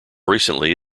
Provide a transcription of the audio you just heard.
recently